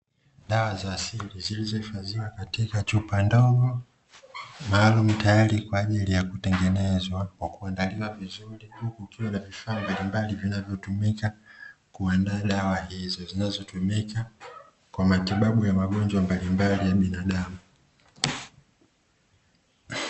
Dawa za asili zilizohifadhiwa katika chupa ndogo maalumu tayari kwa ajili ya kutengenezwa kwa kuandaliwa vizuri, huku kukiwa na vifaa mbalimbali zinavyotumika kuanda dawa hizo, zinazotumika kwa matibabu ya magonjwa mbalimbali ya binadamu.